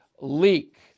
leak